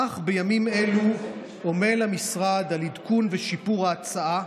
אך בימים אלו עמל המשרד על עדכון ושיפור ההצעה,